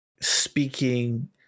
speaking